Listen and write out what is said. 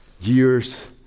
years